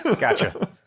gotcha